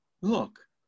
Look